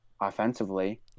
offensively